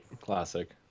Classic